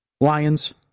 Lions